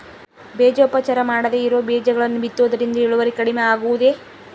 ಬೇಜೋಪಚಾರ ಮಾಡದೇ ಇರೋ ಬೇಜಗಳನ್ನು ಬಿತ್ತುವುದರಿಂದ ಇಳುವರಿ ಕಡಿಮೆ ಆಗುವುದೇ?